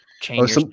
change